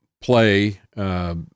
play